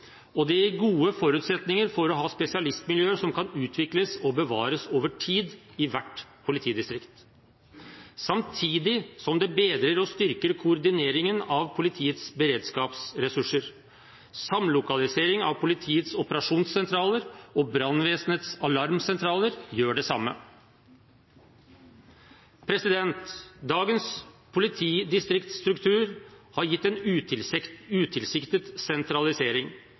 og det gir gode forutsetninger for å ha spesialistmiljøer som kan utvikles og bevares over tid i hvert politidistrikt, samtidig som det bedrer og styrker koordineringen av politiets beredskapsressurser. Samlokalisering av politiets operasjonssentraler og brannvesenets alarmsentraler gjør det samme. Dagens politidistriktstruktur har gitt en utilsiktet sentralisering.